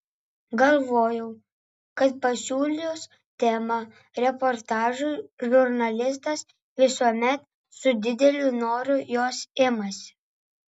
galvojau kad pasiūlius temą reportažui žurnalistas visuomet su dideliu noru jos imasi